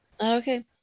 Okay